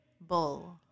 Bull